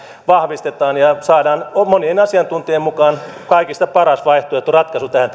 vahvistetaan ja saadaan monien asiantuntijoiden mukaan kaikista paras vaihtoehto ratkaisu tähän